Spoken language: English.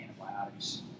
antibiotics